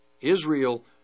Israel